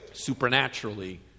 supernaturally